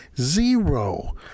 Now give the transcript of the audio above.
Zero